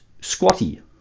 squatty